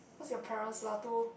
what's your parents